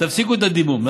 תפסיקו את הדימום.